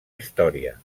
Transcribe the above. història